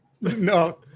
no